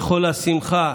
לכל השמחה,